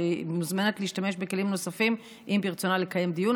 והיא מוזמנת להשתמש בכלים נוספים אם ברצונה לקיים דיון.